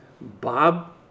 Bob